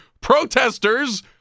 protesters